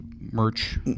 merch